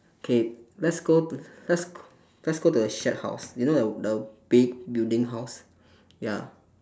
K let's go to the let's go let's go to the shed house you know the the big building house ya